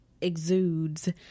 exudes